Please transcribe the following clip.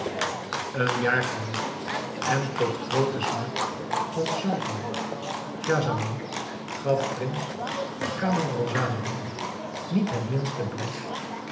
een jaar verliep en tot groote smart van sultan schahzaman gaf de prins camaralzaman niet het geringste blijk